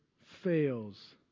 fails